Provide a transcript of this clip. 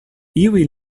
iuj